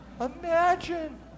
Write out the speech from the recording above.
Imagine